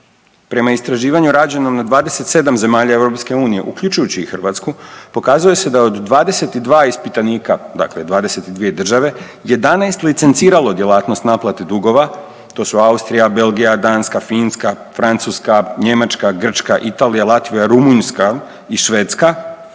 Prema istraživanju rađenom na 27 zemalja EU, uključujući i Hrvatsku, pokazuje se da od 22 ispitanika, dakle 22 država, 11 licencirano djelatnost naplate dugova, to su Austrija, Belgija, Danska, Finska, Francuska, Njemačka, Grčka, Italija, Latvija, Rumunjska i Švedska,